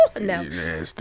no